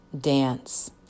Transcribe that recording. Dance